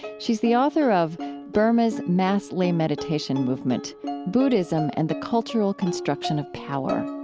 she's the author of burma's mass lay meditation movement buddhism and the cultural construction of power